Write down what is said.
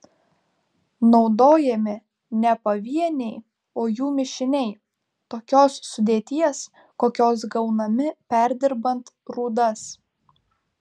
naudojami ne pavieniai o jų mišiniai tokios sudėties kokios gaunami perdirbant rūdas